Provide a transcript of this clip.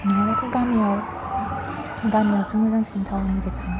नङाब्लाथ' गामियाव गामियावसो मोजांसिन टाउननिफ्राय थानो